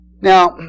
Now